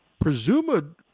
presumed